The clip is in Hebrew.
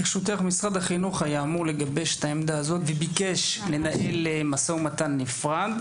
משרד החינוך היה אמור לגבש את העמדה הזו וביקש לנהל משא ומתן נפרד.